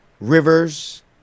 rivers